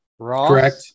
Correct